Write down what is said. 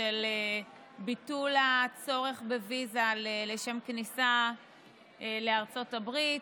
של ביטול הצורך בוויזה לשם כניסה לארצות הברית,